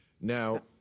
Now